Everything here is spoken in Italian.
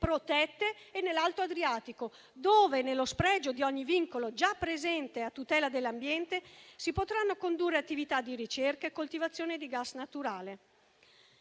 protette e nell'alto Adriatico, dove, nello spregio di ogni vincolo già presente a tutela dell'ambiente, si potranno condurre attività di ricerca e coltivazione di gas naturale.